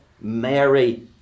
Mary